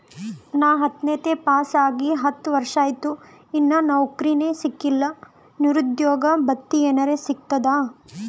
ನಾ ಹತ್ತನೇ ಪಾಸ್ ಆಗಿ ಹತ್ತ ವರ್ಸಾತು, ಇನ್ನಾ ನೌಕ್ರಿನೆ ಸಿಕಿಲ್ಲ, ನಿರುದ್ಯೋಗ ಭತ್ತಿ ಎನೆರೆ ಸಿಗ್ತದಾ?